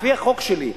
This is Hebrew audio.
לפי החוק שלי,